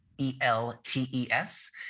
E-L-T-E-S